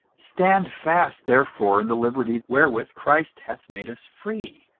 stand fast therefore in the liberty wherewith christ hath made us free,